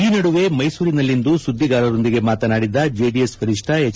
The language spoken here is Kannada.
ಈ ನಡುವೆ ಮ್ಮೆಸೂರಿನಲ್ಲಿಂದು ಸುದ್ದಿಗಾರರೊಂದಿಗೆ ಮಾತನಾಡಿದ ಜೆಡಿಎಸ್ ವರಿಷ್ತ ಎಚ್